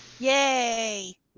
Yay